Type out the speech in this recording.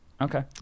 Okay